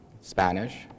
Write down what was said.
Spanish